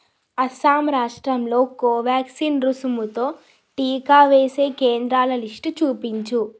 అస్సాం రాష్ట్రంలో కోవ్యాక్సిన్ రుసుముతో టీకా వేసే కేంద్రాల లిస్టు చూపించు